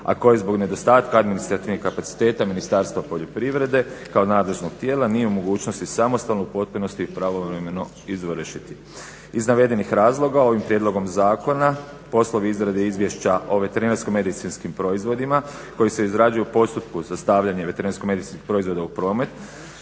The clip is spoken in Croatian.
a koji zbog nedostatka administrativnih kapaciteta Ministarstva poljoprivrede kao nadležnog tijela nije u mogućnosti samostalno u potpunosti pravovremeno izvršiti. Iz navedenih razloga ovim prijedlogom zakona poslovi izrade izvješća o veterinarsko-medicinskim proizvodima koji se izrađuju u postupku sastavljanje veterinarsko-medicinskih proizvoda u promet